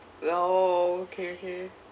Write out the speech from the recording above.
oh okay okay